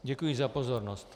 Děkuji za pozornost.